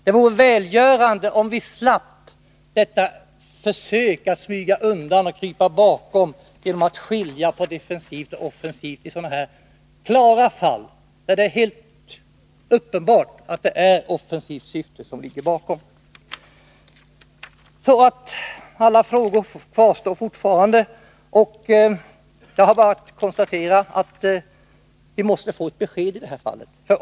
Det vore välgörande om vi slapp dessa försök att smyga undan och krypa bakom talet om att man skiljer på defensiva och offensiva vapen när det gäller sådana här klara fall, där det är helt uppenbart att det är ett offensivt syfte som ligger bakom. Alla frågor kvarstår fortfarande. Jag har bara att konstatera att vi måste få ett besked i det här fallet.